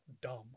dumb